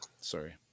Sorry